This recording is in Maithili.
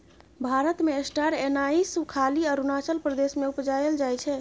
भारत मे स्टार एनाइस खाली अरुणाचल प्रदेश मे उपजाएल जाइ छै